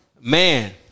man